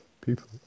people